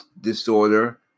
disorder